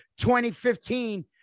2015